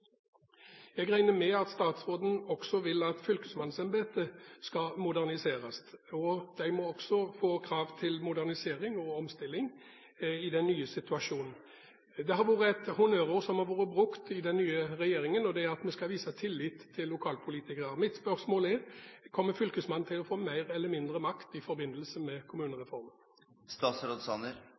Jeg regner med at statsråden også vil at fylkesmannsembetet skal moderniseres, og de må også få krav til modernisering og omstilling i den nye situasjonen. Det er et honnørord som har vært brukt i den nye regjeringen, og det er at vi skal vise «tillit» til lokalpolitikerne. Mitt spørsmål er: Kommer Fylkesmannen til å få mer eller mindre makt i forbindelse med